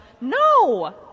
No